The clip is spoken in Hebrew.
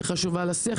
היא חשובה לשיח,